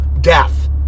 death